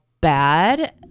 bad